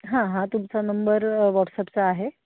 हां हां तुमचा नंबर व्हॉट्सअपचा आहे